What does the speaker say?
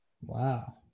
wow